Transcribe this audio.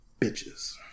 bitches